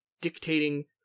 dictating